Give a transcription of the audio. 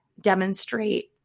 demonstrate